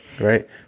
Right